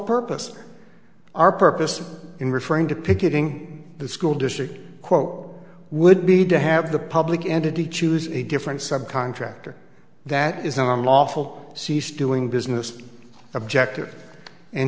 purpose our purpose in referring to picketing the school district would be to have the public entity choose a different subcontractor that is our lawful cease doing business objectives and